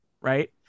right